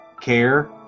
care